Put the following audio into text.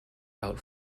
out